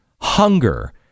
hunger